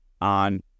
on